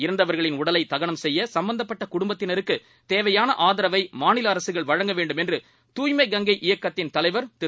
இறந்தவர்களின்உடலைதகனம்செய்யசம்பந்தப்பட்டகுடும்பத்தினருக்குதேவையா னஆதரவைமாநிலஅரசுகள்வழங்கவேண்டும்என்றுதூய்மைகங்கைஇயக்கத்தின்தலைவர் திரு